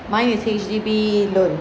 mine is H_D_B loan